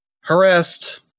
harassed